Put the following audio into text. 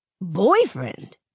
Boyfriend